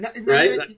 Right